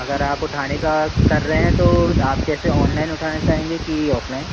अगर आप उठाने का कर रहे हैं तो आप कैसे ऑनलाइन उठाना चाहेंगे कि ऑफलाइन